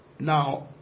Now